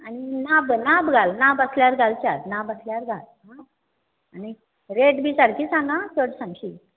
आनी नाभ घाल नाभ घाल नाभ आसल्यार घाल चार आनी रेट बी सारकी सांग हां चड सांगशी